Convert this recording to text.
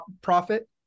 profit